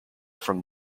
from